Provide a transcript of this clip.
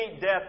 death